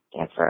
answer